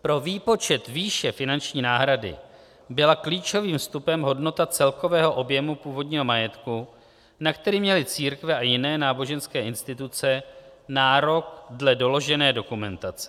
Pro výpočet výše finanční náhrady byla klíčovým vstupem hodnota celkového objemu původního majetku, na který měly církve a jiné náboženské instituce nárok dle doložené dokumentace.